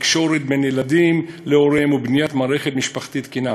תקשורת בין ילדים להוריהם ובניית מערכת משפחתית תקינה.